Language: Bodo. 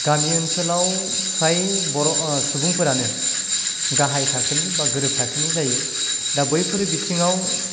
गामि ओनसोलाव फ्राय बर' सुबुंफोरानो गाहाय थाखोनि बा गोरिब थाखोनि जायो दा बैफोर बिथिंआव